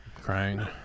Crying